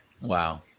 wow